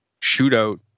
shootout